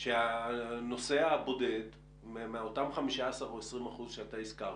שהנוסע הבודד מאותם 15% או 20% שהזכרת,